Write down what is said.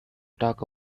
talk